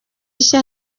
ishya